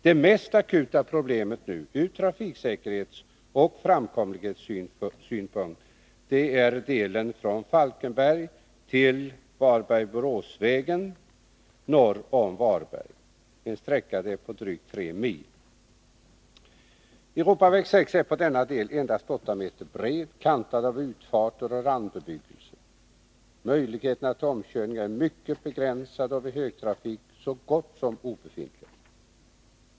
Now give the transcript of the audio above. Det mest akuta problemet ur trafiksäkerhetsoch framkomlighetssynpunkt är emellertid delen från Falkenberg till Varberg-Borås-vägen, en sträcka på drygt 3 mil. E 6 är på denna del endast 8 meter bred och kantad av utfarter och randbebyggelse. Möjligheterna till omkörning är mycket begränsade, vid högtrafik så gott som obefintliga.